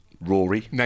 Rory